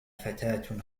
فتاة